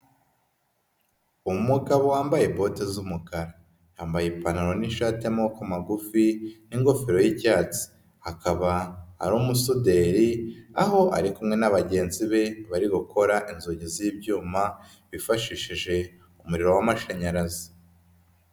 Umugabo wambaye bote z'umukara, yambaye ipantaro n'ishati y'amaboko magufi n'ingofero y'icyatsi, akaba ari umusuderi, aho ari kumwe na bagenzi be bari gukora inzugi z'ibyuma bifashishije umuriro w'amashanyarazi.